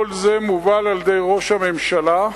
כל זה מובל על-ידי ראש הממשלה,